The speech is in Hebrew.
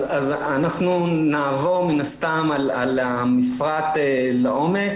אנחנו נעבור מן הסתם על המפרט לעומק,